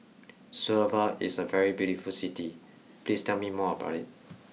Suva is a very beautiful city please tell me more about it